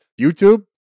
youtube